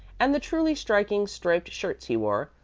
and the truly striking striped shirts he wore,